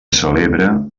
celebra